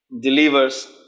Delivers